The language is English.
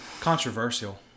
Controversial